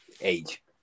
age